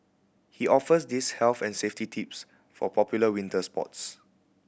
he offers these health and safety tips for popular winter sports